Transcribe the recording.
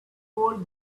hold